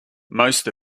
most